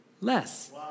less